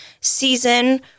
season